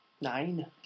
Nine